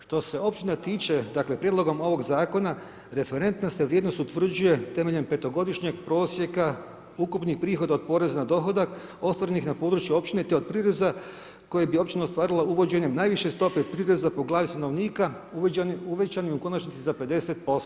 Što se općina tiče, dakle prijedlogom ovog Zakona referentna se vrijednost utvrđuje temeljem petogodišnjeg prosjeka ukupnih prihoda od poreza na dohodak ostvarenih na području općine te od prireza koje bi općina ostvarila uvođenjem najveće stope prireza po glavi stanovnika uvećanim u konačnici za 50%